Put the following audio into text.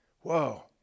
Whoa